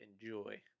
enjoy